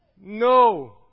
no